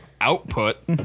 output